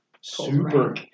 super